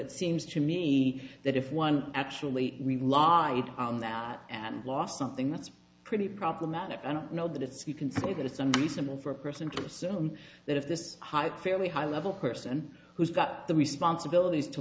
it seems to me that if one actually lived on that and lost something that's pretty problematic i don't know that it's you can say that it's unreasonable for person to assume that if this hot fairly high level person who's got the responsibilities to